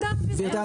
גבירתי,